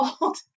old